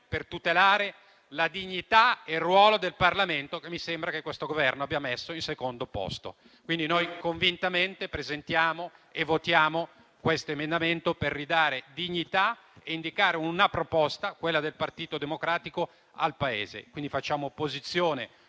per tutelare la dignità e il ruolo del Parlamento, che mi sembra abbia messo in secondo posto. Noi convintamente presentiamo e votiamo questo emendamento, per ridare dignità e indicare una proposta al Paese, quella del Partito Democratico. Quindi facciamo opposizione